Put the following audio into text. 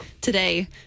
today